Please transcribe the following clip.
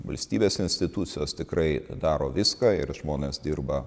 valstybės institucijos tikrai daro viską ir žmonės dirba